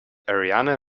ariane